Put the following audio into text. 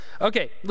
Okay